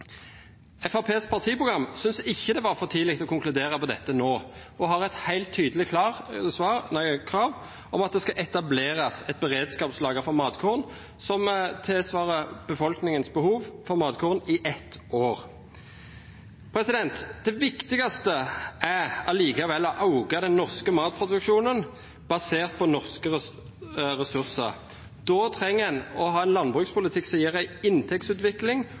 partiprogram synes ikke det var for tidlig å konkludere på dette nå, og har et helt tydelig krav om at det skal etableres et beredskapslager for matkorn som tilsvarer befolkningens behov for matkorn i ett år. Det viktigste er allikevel å øke den norske matproduksjonen basert på norske ressurser. Da trenger en å ha en landbrukspolitikk som gir en god inntektsutvikling